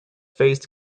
faced